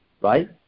right